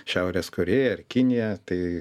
šiaurės korėją ar kiniją tai